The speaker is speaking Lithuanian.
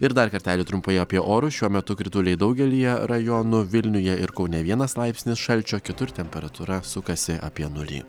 ir dar kartelį trumpai apie orus šiuo metu krituliai daugelyje rajonų vilniuje ir kaune vienas laipsnis šalčio kitur temperatūra sukasi apie nulį